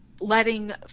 letting